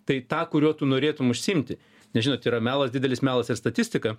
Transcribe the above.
tai tą kuriuo tu norėtum užsiimti nes žinot yra melas didelis melas ir statistika